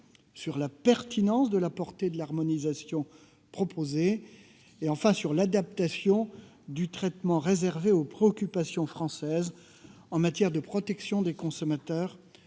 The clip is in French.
sur la pertinence de la portée de l'harmonisation proposée et sur l'adaptation du traitement réservé aux préoccupations françaises en matière de protection des consommateurs,